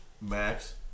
Max